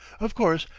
of course,